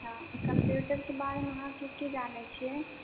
हँ कम्प्यूटरके बारेमे अहाँ की की जानैत छियै